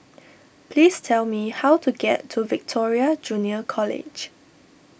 please tell me how to get to Victoria Junior College